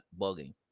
bugging